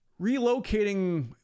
relocating